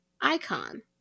icon